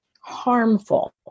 harmful